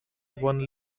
one